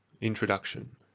Introduction